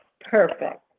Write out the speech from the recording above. perfect